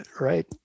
Right